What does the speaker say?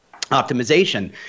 optimization